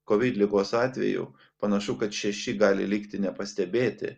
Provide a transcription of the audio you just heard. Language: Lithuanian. kovid ligos atvejų panašu kad šeši gali likti nepastebėti